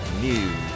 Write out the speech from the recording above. News